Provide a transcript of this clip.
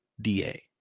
DA